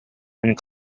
and